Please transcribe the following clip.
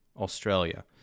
Australia